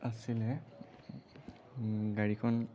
আছিলে গাড়ীখন